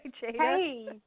Hey